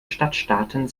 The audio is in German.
stadtstaaten